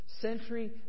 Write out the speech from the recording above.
Century